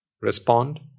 respond